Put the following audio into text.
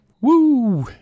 Woo